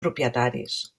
propietaris